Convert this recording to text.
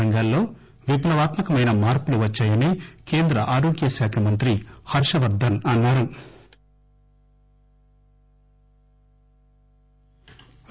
రంగాల్లో విప్లవాత్మ కమైన మార్పులు వచ్చాయని కేంద్ర ఆరోగ్య శాఖ మంత్రి హర్షవర్దన్ అన్నారు